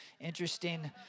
interesting